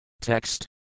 Text